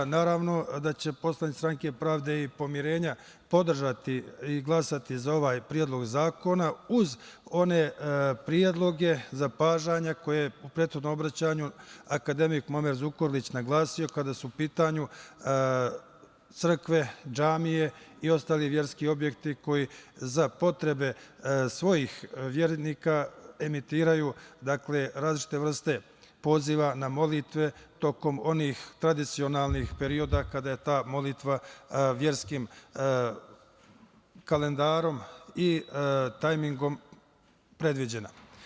Naravno, poslanici Stranke pravde i pomirenja će podržati i glasati za ovaj Predlog zakona uz one predloge, zapažanja koje je u prethodnom obraćanju akademik Muamer Zukorlić naglasio, a kada su u pitanju crkve, džamije i ostali verski objekti koji za potrebe svojih vernika emituju različite vrste poziva na molitve tokom onih tradicionalnih perioda kada je ta molitva verskim kalendarom i tajmingom predviđena.